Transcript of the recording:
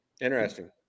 Interesting